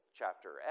chapter